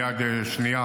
מיד שנייה,